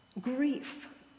grief